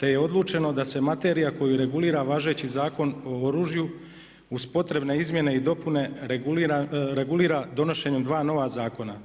te je odlučeno da se materija koju regulira važeći Zakon o oružju uz potrebne izmjene i dopune regulira donošenjem dva nova zakona